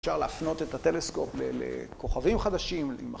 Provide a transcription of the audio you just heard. ‫אפשר להפנות את הטלסקופ ‫לכוכבים חדשים...